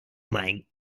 mein